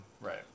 Right